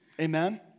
Amen